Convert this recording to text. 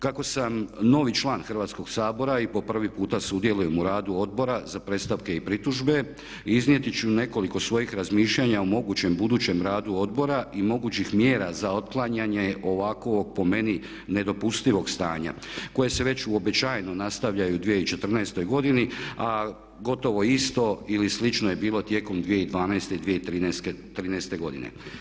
Kako sam novi član Hrvatskog sabora i po prvi puta sudjelujem u radu Odbora za predstavke i pritužbe iznijeti ću nekoliko svojih razmišljanja o mogućem budućem radu odbora i mogućih mjera za otklanjanje ovakvog po meni nedopustivog stanja koje se već uobičajeno nastavlja i u 2014. godini a gotovo isto ili slično je bilo tijekom 2012. i 2013. godine.